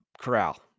corral